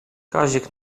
kazik